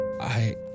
I